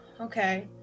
Okay